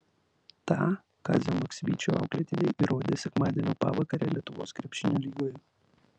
tą kazio maksvyčio auklėtiniai įrodė sekmadienio pavakarę lietuvos krepšinio lygoje